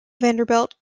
vanderbilt